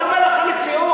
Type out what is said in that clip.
אני אומר לך את המציאות.